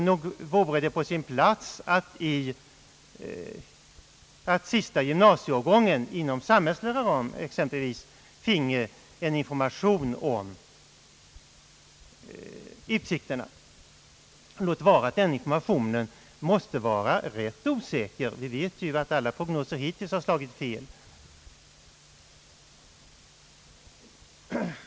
Nog vore det på sin plats att sista gymnasieårgången, inom samhällslärans ram exempelvis, finge en information om utsikterna, låt vara att denna information måste vara rätt osäker. Vi vet ju att alla prognoser hittills slagit fel.